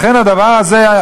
לכן הדבר הזה,